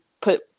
put